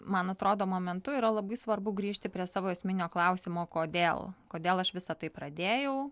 man atrodo momentu yra labai svarbu grįžti prie savo esminio klausimo kodėl kodėl aš visa tai pradėjau